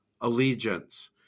allegiance